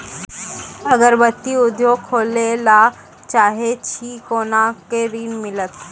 अगरबत्ती उद्योग खोले ला चाहे छी कोना के ऋण मिलत?